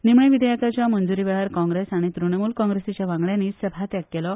निमाणे विधेयकाच्या मंज़ुरु वेळार काँग्रेस आनी तृणमूल काँग्रेसीच्या वांगड्यांनी सभात्याग केलो